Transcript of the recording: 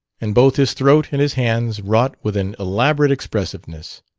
and both his throat and his hands wrought with an elaborate expressiveness.